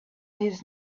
his